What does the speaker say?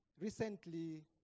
recently